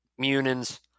Munins